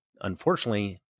Unfortunately